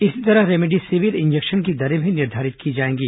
इसी तरह remdesivir injection की दरें भी निर्धारित की जाएंगी